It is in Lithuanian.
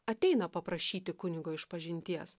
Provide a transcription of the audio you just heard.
ateina paprašyti kunigo išpažinties